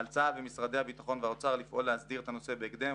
על צה"ל ומשרדי הביטחון והאוצר לפעול להסדיר את הנושא בהקדם,